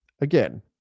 again